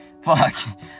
fuck